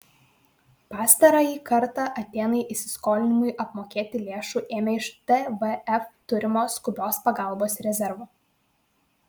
pastarąjį kartą atėnai įsiskolinimui apmokėti lėšų ėmė iš tvf turimo skubios pagalbos rezervo